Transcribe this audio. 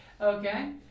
Okay